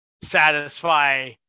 satisfy